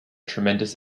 tremendous